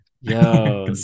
yo